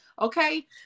Okay